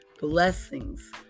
Blessings